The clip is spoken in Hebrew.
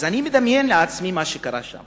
אז אני מדמיין לעצמי מה שקרה שם